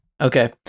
Okay